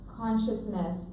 consciousness